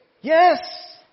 Yes